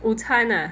午餐 ah